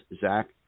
Zach